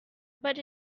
but